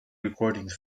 recordings